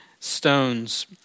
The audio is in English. Stones